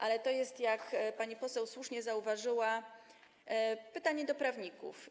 Ale to jest, jak pani poseł słusznie zauważyła, pytanie do prawników.